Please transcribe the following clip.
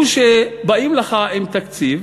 הוא שבאים לך עם תקציב